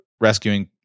rescuing